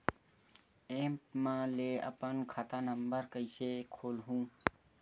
App म ले अपन खाता नम्बर कइसे खोलहु?